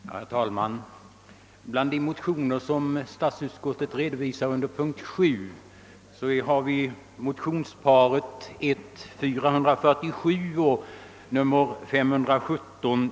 Herr talman! Bland de motioner som redovisas under punkt 7 finns motionsparet 1:447 och I1:517.